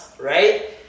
right